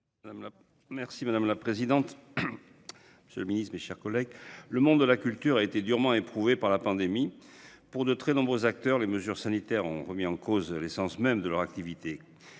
Grand. Madame la présidente, monsieur le ministre, mes chers collègues, le monde de la culture a été durement éprouvé par la pandémie. Pour de très nombreux acteurs, les mesures sanitaires ont remis en cause l'essence même de leur activité.